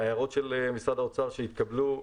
ההערות של משרד האוצר, שהתקבלו,